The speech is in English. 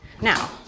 Now